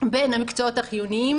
בין המקצועות החיוניים.